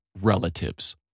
relatives